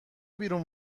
بیرون